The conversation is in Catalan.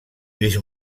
lluís